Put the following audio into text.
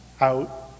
out